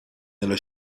nella